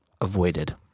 avoided